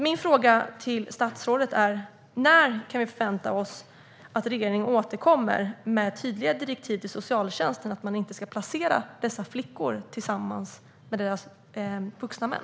Min fråga till statsrådet är: När kan vi förvänta oss att regeringen återkommer med tydliga direktiv till socialtjänsten om att man inte ska placera dessa flickor tillsammans med deras vuxna män?